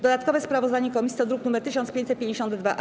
Dodatkowe sprawozdanie komisji to druk nr 1552-A.